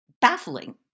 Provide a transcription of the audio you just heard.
baffling